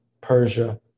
persia